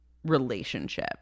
Relationship